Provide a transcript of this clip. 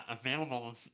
available